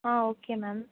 ah okay ma'am